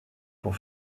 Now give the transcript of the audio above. pour